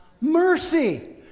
mercy